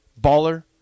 baller